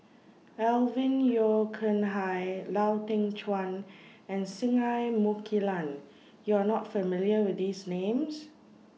Alvin Yeo Khirn Hai Lau Teng Chuan and Singai Mukilan YOU Are not familiar with These Names